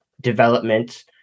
development